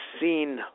seen